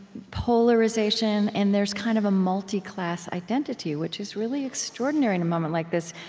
polarization and there's kind of a multi-class identity, which is really extraordinary in a moment like this.